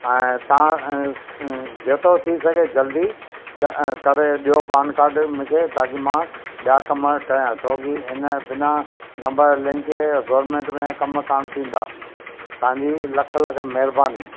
ऐं तव्हां जेतिरो थी सघे जल्दी क करे ॾियो पान कार्ड मूंखे ताकी मां ॿिया कम कयां छो की हिन बिना नम्बर लिंक जे गवर्मेंट में कम कोन्ह थींदा तव्हांजी लख लख महिरबानी